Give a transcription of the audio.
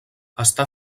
està